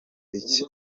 iki